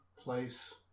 place